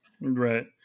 Right